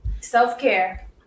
self-care